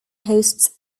hosts